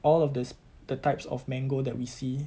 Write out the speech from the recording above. all of this the types of mango that we see